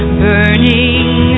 burning